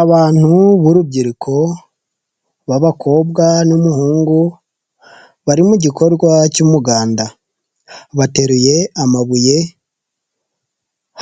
Abantu b'urubyiruko b'abakobwa n'umuhungu bari mu gikorwa cy'umuganda bateruye amabuye